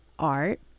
art